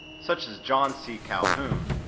such as john c. calhoun,